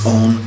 on